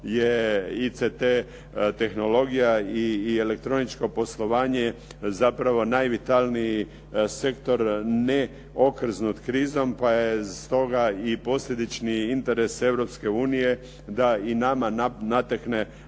je ICT tehnologija i elektroničko poslovanje zapravo najvitalniji sektor neokrznut krizom pa je stoga i posljedični interes Europske unije da i nama nametne